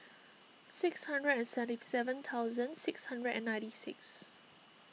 six hundred and seventy seven thousand six hundred and ninety six